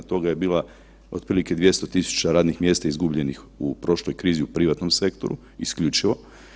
toga je bila otprilike 200.000 radnih mjesta izgubljenih u prošloj krizi u privatnom sektoru isključivo.